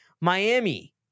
Miami